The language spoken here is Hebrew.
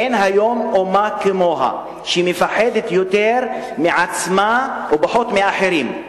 אין היום אומה כמוה שמפחדת יותר מעצמה ופחות מאחרים.